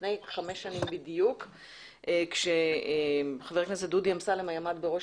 בדיוק לפני חמש שנים - כאשר חבר הכנסת דודי אמסלם עמד בראש